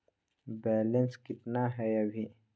Balance केतना हय अभी?